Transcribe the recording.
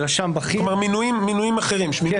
היום